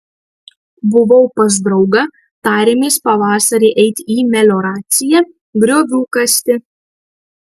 buvau pas draugą tarėmės pavasarį eiti į melioraciją griovių kasti